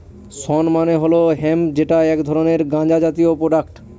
শণ মানে হল হেম্প যেটা এক ধরনের গাঁজা জাতীয় প্রোডাক্ট